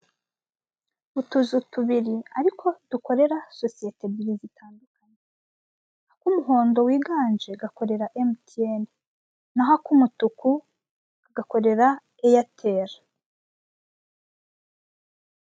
Utuzu tubiri ariko dukorera sosiyete ebyiri zitandukanye, ak'umuhondo wiganje gakorera emutiyene, naho ak'umutuku gakorera eyateri.